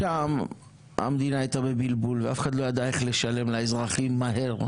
שם המדינה הייתה בבלבול ואף אחד לא ידע איך לשלם לאזרחים מהר,